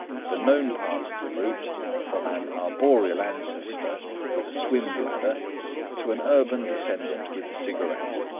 the known part of the route from an arboreal ancestor with a swim bladder to an urban descendant with a cigarette.